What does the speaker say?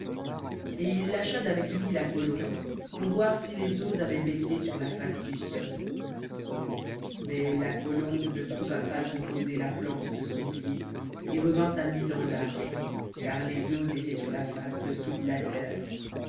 et il lâcha d'avec lui la colombe pour voir si les eaux avaient baissé sur la face du sol mais la colombe ne trouva pas où poser la plante de son pied et revint à lui dans l'arche car les eaux étaient sur la face de toute la terre